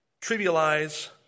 trivialize